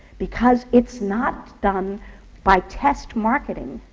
because it's not done by test marketing,